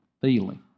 feeling